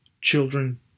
children